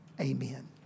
Amen